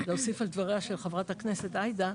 להוסיף לדבריה של חברת הכנסת עאידה,